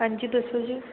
ਹਾਂਜੀ ਦੱਸੋ ਜੀ